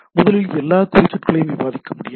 முதலில் எல்லா குறிச்சொற்களையும் விவாதிக்க முடியாது